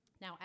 Now